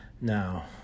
Now